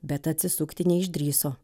bet atsisukti neišdrįso